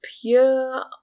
pure